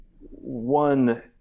one